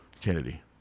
Kennedy